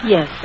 Yes